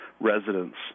residents